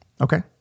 Okay